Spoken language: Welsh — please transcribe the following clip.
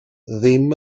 ddim